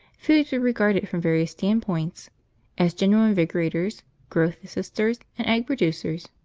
foods were regarded from various standpoints as general invigorators, growth assisters, and egg producers.